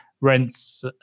rents